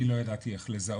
אני לא ידעתי איך לזהות,